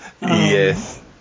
yes